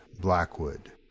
Blackwood